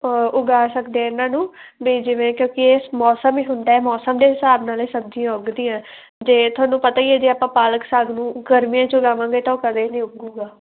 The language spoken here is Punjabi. ਉਗਾ ਸਕਦੇ ਹਾਂ ਇਹਨਾਂ ਨੂੰ ਵੀ ਜਿਵੇਂ ਕਿਉਂਕਿ ਇਸ ਮੌਸਮ ਵੀ ਹੁੰਦਾ ਮੌਸਮ ਦੇ ਹਿਸਾਬ ਨਾਲ ਸਬਜ਼ੀ ਉੱਗਦੀ ਹੈ ਜੇ ਤੁਹਾਨੂੰ ਪਤਾ ਹੀ ਜੇ ਆਪਾਂ ਪਾਲਕ ਸਾਗ ਨੂੰ ਗਰਮੀਆਂ 'ਚ ਲਾਵਾਂਗੇ ਤਾਂ ਉਹ ਕਦੇ ਨਹੀਂ ਉੱਗੇਗਾ